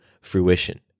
fruition